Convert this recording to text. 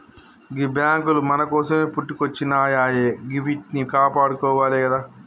గీ బాంకులు మన కోసమే పుట్టుకొచ్జినయాయె గివ్విట్నీ కాపాడుకోవాలె గదా